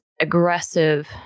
aggressive